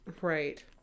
Right